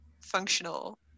functional